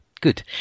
good